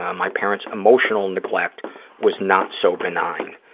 um my parents' emotional neglect was not so benign.